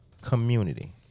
community